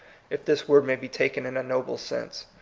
if this word may be taken in a noble sense.